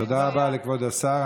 תודה רבה לכבוד השר.